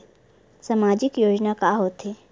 सामाजिक योजना का होथे?